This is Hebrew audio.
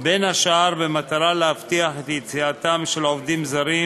בין השאר במטרה להבטיח את יציאתם של עובדים זרים,